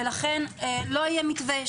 ולכן לא יהיה מתווה.